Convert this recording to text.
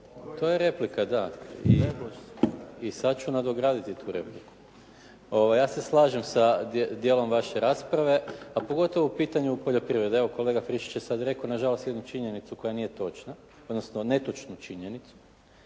to je replika, da i sad ću nadograditi tu repliku. Ovaj, ja se slažem sa dijelom vaše rasprave a pogotovo u pitanju poljoprivrede. Evo kolega Friščić je sad rekao nažalost jednu činjenicu koja nije točna odnosno netočnu činjenicu,